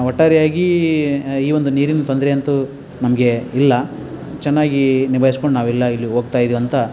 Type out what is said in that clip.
ಒಟ್ಟಾರೆಯಾಗಿ ಈ ಒಂದು ನೀರಿನ ತೊಂದರೆಯಂತೂ ನಮಗೆ ಇಲ್ಲ ಚೆನ್ನಾಗಿ ನಿಭಾಯ್ಸ್ಕೊಂಡು ನಾವೆಲ್ಲ ಇಲ್ಲಿ ಹೋಗ್ತಾಯಿದೀವ್ ಅಂತ